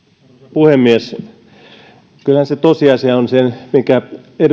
puhemies kyllä se tosiasia on se minkä